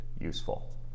useful